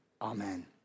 Amen